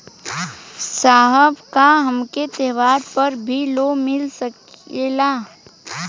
साहब का हमके त्योहार पर भी लों मिल सकेला?